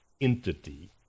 entity